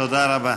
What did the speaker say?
תודה רבה.